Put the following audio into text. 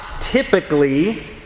typically